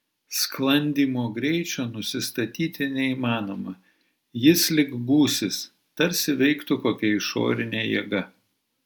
sklandymo greičio nusistatyti neįmanoma jis lyg gūsis tarsi veiktų kokia išorinė jėga